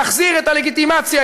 להחזיר את הלגיטימציה,